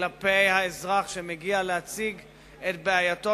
כלפי האזרח שמגיע להציג את בעייתו,